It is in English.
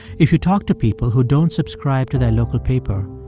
if you talk to people who don't subscribe to their local paper,